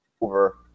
over